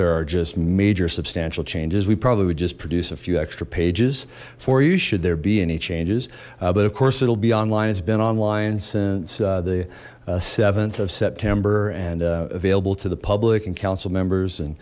there are just major substantial changes we probably would just produce a few extra pages for you should there be any changes but of course it'll be online it's been online since the th of september and available to the public and council members and